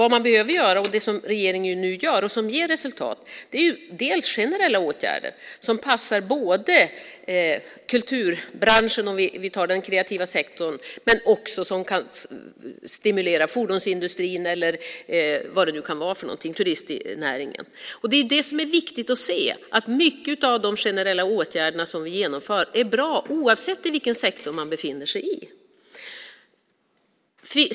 Det som regeringen nu gör och som ger resultat är generella åtgärder som passar både kulturbranschen, om vi tar den kreativa sektorn, och som kan stimulera fordonsindustrin och turistnäringen till exempel. Det är viktigt att se att många av de generella åtgärder som vi genomför är bra oavsett vilken sektor man befinner sig i.